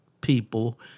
people